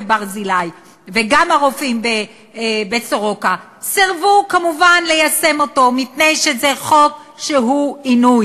ואותם חברי כנסת, בתוך שנה, הצביעו נגד החוקים.